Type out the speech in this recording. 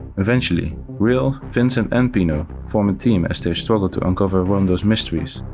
eventually, re-l, vincent and pino form a team as they struggle to uncover romdeau's mysteries,